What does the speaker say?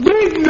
Big